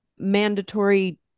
mandatory